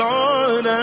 Lord